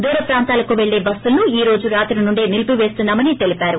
దూర ప్రాంతాలకు పెల్లే బస్సులను ఈ రోజు రాత్రి నుంచే నిలిపివేస్తున్నా మని తెలిపారు